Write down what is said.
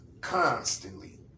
constantly